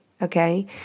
okay